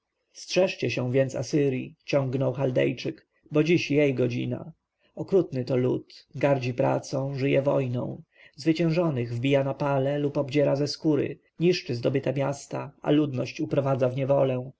strzeżcie się więc asyrji ciągnął chaldejczyk bo dziś jej godzina okrutny to lud gardzi pracą żyje wojną zwyciężonych wbija na pale lub odziera ze skóry niszczy zdobyte miasta a ludność uprowadza w niewolę